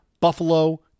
Buffalo